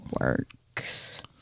works